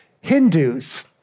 Hindus